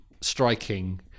striking